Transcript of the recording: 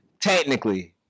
technically